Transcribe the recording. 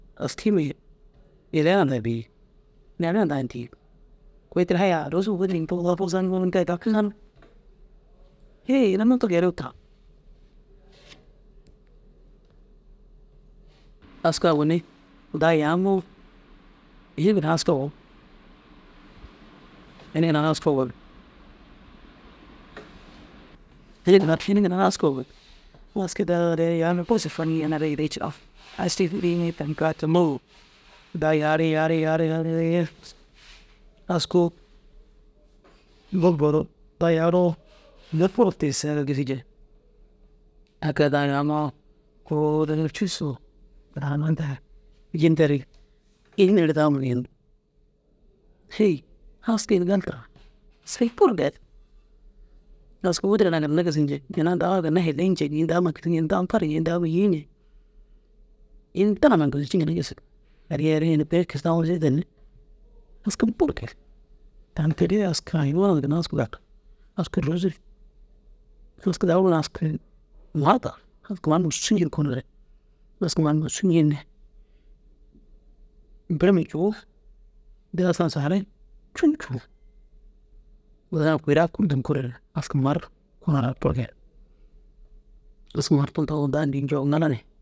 aski bêi yaliya na bii neere na ndîig kôi tira haya rôzu widin diŋoo fozaniŋoo tee daki kan hêi ina muntu geeniŋ tira aski ogoni daa yamoo ini ginnar aski owon ini ginnar aski owon te jillar ini ginnar aski owon aski daa re yamire aski daa yari yari yari re askuu bur boru daa yaroo mire bur ina bur tigisinna ziyadar gisi jeŋ a ke daa yamoo kôoli cussu daa ma nterig ji nterig ini neere dagima geeniŋ. Hêi aski ini gal tira sigin bur gal aski wudura naa ginna gisi njeŋ ini dagaa ginna heleyi nceŋi ini daguma kiri ñeg ini daguma fari ñeg ini daguma yiiñeg ini tama ciiŋa ginna gisigi. Haliyar ini kuri kisi taŋoo sîri danni aski bur gal tan toore aski hayiwan ginnar aski dagir aski rôzure aski daguru na aski maar aski maar musujin konore aski maar musujini birima cuu digana sasagare cuncu digana kuira kumum kuire aski maar aski maar dagoo daa nijoo ŋila